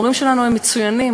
המורים שלנו הם מצוינים,